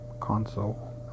console